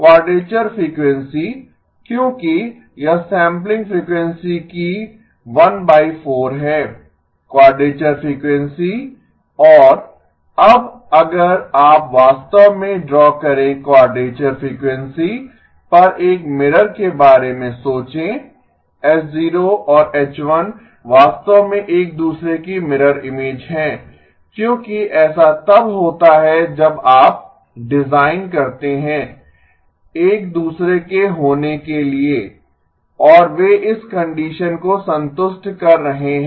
quadrature frequency क्योंकि यह sampling frequency की है क्वाडरेचर फ़्रीक्वेंसी और अब अगर आप वास्तव में ड्रा करें क्वाडरेचर फ़्रीक्वेंसी पर एक मिरर के बारे में सोचें H0 और H1 वास्तव में एक दूसरे की मिरर इमेज हैं क्योंकि ऐसा तब होता है जब आप डिज़ाइन करतें हैं एक दूसरे के होने के लिए और वे इस कंडीशन को संतुष्ट कर रहे हैं